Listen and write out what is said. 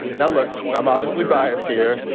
now, look, i'm obviously biased here.